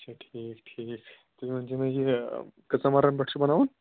اچھا ٹھیٖک ٹھیٖک تُہۍ ؤنۍتو مےٚ یہِ کٔژن مَلرن پٮ۪ٹھ چھُ بَناوُن